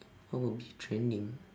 what will be trending